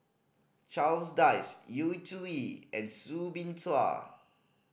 Charles Dyce Yu Zhuye and Soo Bin Chua